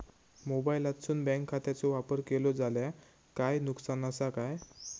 मोबाईलातसून बँक खात्याचो वापर केलो जाल्या काय नुकसान असा काय?